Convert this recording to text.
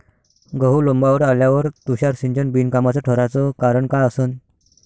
गहू लोम्बावर आल्यावर तुषार सिंचन बिनकामाचं ठराचं कारन का असन?